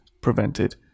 prevented